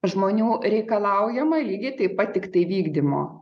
žmonių reikalaujama lygiai taip pat tiktai vykdymo